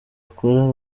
akora